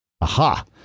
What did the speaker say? Aha